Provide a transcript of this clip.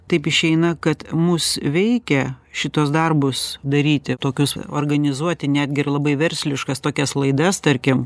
taip išeina kad mus veikia šituos darbus daryti tokius organizuoti netgi ir labai versliškas tokias laidas tarkim